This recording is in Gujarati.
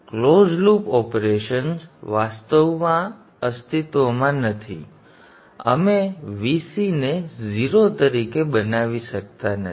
તેથી ક્લોઝ લૂપ ઓપરેશન્સ અસ્તિત્વમાં નથી તેથી અમે Vc ને 0 તરીકે બનાવી શકતા નથી